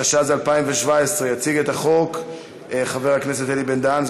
התשע"ז 2017. יציג את החוק חבר הכנסת אלי בן-דהן,